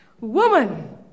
Woman